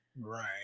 Right